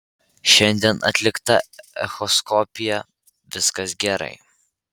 šiandien atlikta echoskopija viskas gerai